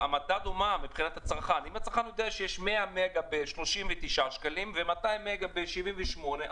אם הצרכן יודע שיש 100 מגה ב-39 שקלים ו-200 מגה ב-78 שקלים,